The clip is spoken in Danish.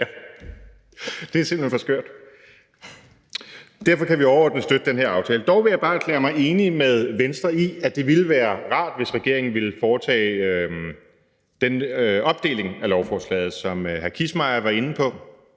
ellers ville have været. Derfor kan vi overordnet støtte den her aftale. Dog vil jeg bare erklære mig enig med Venstre i, at det ville være rart, hvis regeringen ville foretage den opdeling af lovforslaget, som hr. Carsten Kissmeyer var inde på,